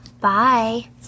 Bye